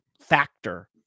factor